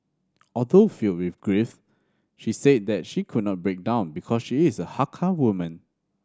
although filled with grief she said that she could not break down because she is a Hakka woman